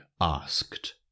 asked